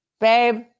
Babe